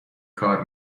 کار